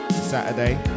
Saturday